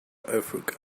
africa